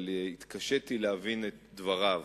אבל התקשיתי להבין את דבריו,